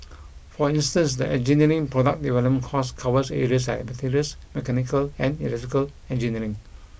for instance the engineering product development course covers areas like materials mechanical and electrical engineering